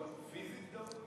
פיזית דהוי?